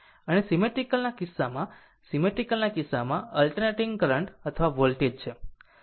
અને સીમેટ્રીકલ ના કિસ્સામાં સીમેટ્રીકલ ના કિસ્સામાં અલ્ટરનેટીગ કરંટ અથવા વોલ્ટેજ છે